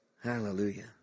Hallelujah